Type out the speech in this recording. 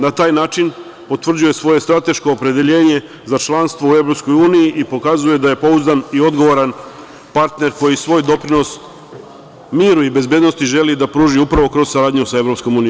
Na taj način potvrđuje svoje strateško opredeljenje za članstvo u EU i pokazuje da je pouzdan i odgovoran partner koji svoj doprinos miru i bezbednosti želi da pruži upravo kroz saradnju sa EU.